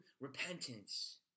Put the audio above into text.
repentance